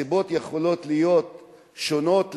הסיבות יכולות להיות שונות לגמרי,